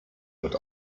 wird